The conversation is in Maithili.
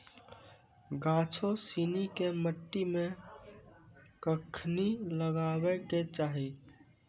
गाछो सिनी के मट्टी मे कखनी लगाबै के चाहि?